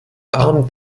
abend